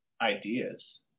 ideas